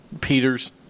Peters